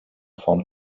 form